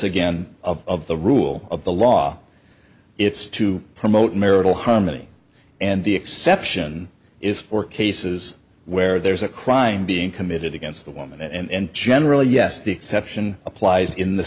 again of the rule of the law it's to promote marital harmony and the exception is for cases where there's a crime being committed against the woman and generally yes the exception applies in the